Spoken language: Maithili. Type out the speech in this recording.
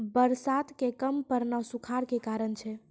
बरसात के कम पड़ना सूखाड़ के कारण छै